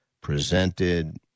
presented